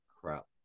crap